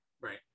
Right